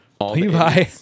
Levi